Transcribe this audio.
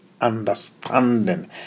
understanding